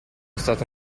stato